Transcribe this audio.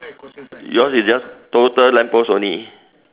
yours is yours total lamp post only